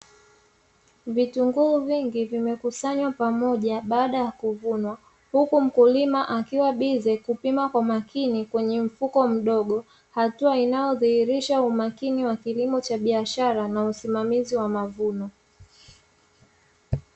Vitunguu vingi vimekusanywa pamoja baada ya kuvunwa, huku mkulima akiwa bize kupima kwa makini kwenye mfuko mdogo. Hatua inayodhihirisha umakini wa kilimo cha biashara na usimamizi wa mavuno.